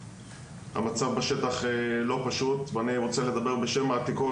המצב בשטח לא פשוט ואני רוצה לדבר בשם העתיקות,